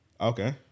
Okay